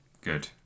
good